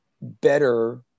better